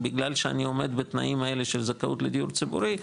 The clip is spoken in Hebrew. בגלל שאני עומד בתנאים האלו של זכאות בדיור ציבורי,